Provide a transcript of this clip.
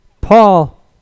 Paul